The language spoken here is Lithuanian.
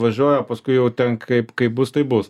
važiuoja paskui jau ten kaip kaip bus taip bus